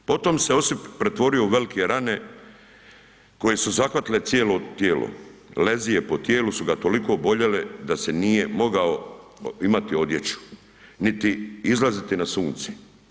Potom se osip pretvorio u velike rane koje su zahvatile cijelo tijelo, lezije po tijelu su ga toliko boljele da se nije mogao imati odjeću, niti izlaziti na sunce.